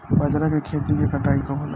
बजरा के खेती के कटाई कब होला?